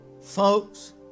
Folks